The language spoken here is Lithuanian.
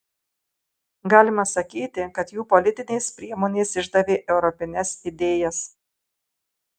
galima sakyti kad jų politinės priemonės išdavė europines idėjas